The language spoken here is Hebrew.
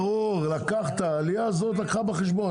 ברור, העלייה הזאת לקחה בחשבון.